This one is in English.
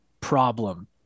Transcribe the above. problem